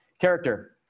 Character